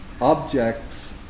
objects